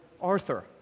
Arthur